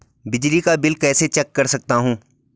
बिजली का बिल कैसे चेक कर सकता हूँ?